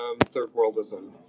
third-worldism